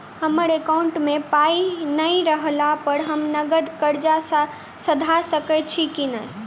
हमरा एकाउंट मे पाई नै रहला पर हम नगद कर्जा सधा सकैत छी नै?